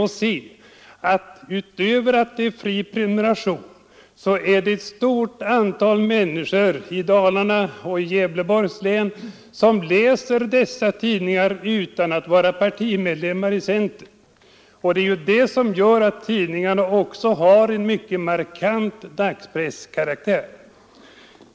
Han skall då finna att det finns ett stort antal människor i Dalarna och i Gävleborgs län som inte är partimedlemmar i centern men som prenumererar på dessa tidningar. Det förhållandet gör också att tidningarna har en markant dagspresskaraktär.